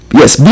yes